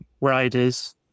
riders